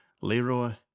Leroy